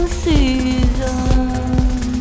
season